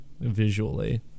visually